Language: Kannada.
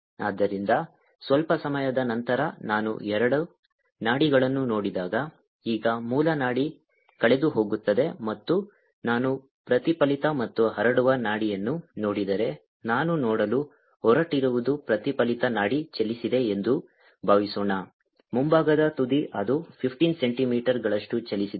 ಆದ್ದರಿಂದ ಸ್ವಲ್ಪ ಸಮಯದ ನಂತರ ನಾನು ಎರಡು ನಾಡಿಗಳನ್ನು ನೋಡಿದಾಗ ಈಗ ಮೂಲ ನಾಡಿ ಕಳೆದುಹೋಗುತ್ತದೆ ಮತ್ತು ನಾನು ಪ್ರತಿಫಲಿತ ಮತ್ತು ಹರಡುವ ನಾಡಿಯನ್ನು ನೋಡಿದರೆ ನಾನು ನೋಡಲು ಹೊರಟಿರುವುದು ಪ್ರತಿಫಲಿತ ನಾಡಿ ಚಲಿಸಿದೆ ಎಂದು ಭಾವಿಸೋಣ ಮುಂಭಾಗದ ತುದಿ ಅದು 15 ಸೆಂಟಿಮೀಟರ್ಗಳಷ್ಟು ಚಲಿಸಿದೆ